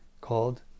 called